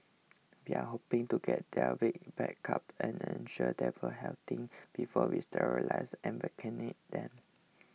we are hoping to get their weight back up and ensure they are healthy before we sterilise and vaccinate them